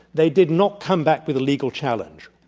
they did not come back with a legal challenge.